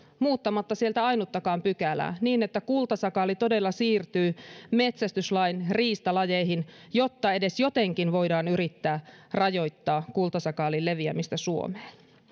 muuttamatta sieltä ainuttakaan pykälää niin että kultasakaali todella siirtyy metsästyslain riistalajeihin jotta edes jotenkin voidaan yrittää rajoittaa kultasakaalin leviämistä suomeen